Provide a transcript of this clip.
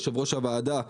יושב-ראש הוועדה,